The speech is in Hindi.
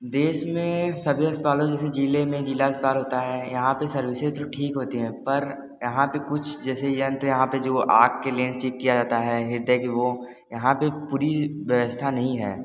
देश में सभी अस्पतालों जैसे जिले में जिला अस्पताल होता है यहाँ पर सर्विसेज़ तो ठीक होते हैं पर यहाँ पर कुछ जैसे यंत्र यहाँ पर जो आँख के लेंस चेक किया जाता है हृदय की वो यहाँ पर पूरी व्यवस्था नहीं है